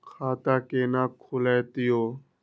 खाता केना खुलतै यो